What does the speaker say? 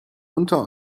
unter